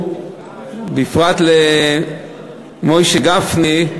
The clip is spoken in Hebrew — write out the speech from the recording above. בפרט למוישה גפני,